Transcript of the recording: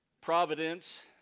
providence